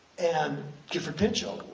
and gifford pinchot,